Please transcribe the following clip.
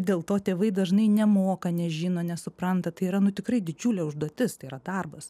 dėl to tėvai dažnai nemoka nežino nesupranta tai yra tikrai nu didžiulė užduotis tai yra darbas